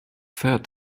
fed